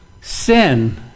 sin